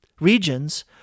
regions